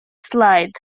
слайд